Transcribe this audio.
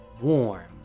warm